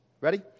Ready